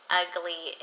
ugly